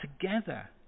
together